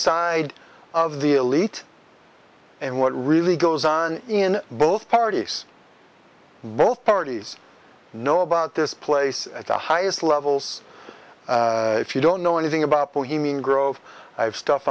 side of the elite and what really goes on in both parties both parties know about this place at the highest levels if you don't know anything about growth i have stuff